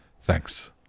Thanks